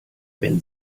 wenn